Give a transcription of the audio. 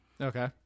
Okay